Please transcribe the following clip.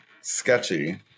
sketchy